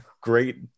great